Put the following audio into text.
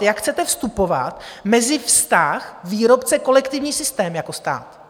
Jak chcete vstupovat mezi vztah výrobce a kolektivní systém jako stát?